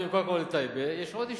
עם כל הכבוד לטייבה, יש עוד יישובים.